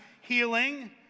healing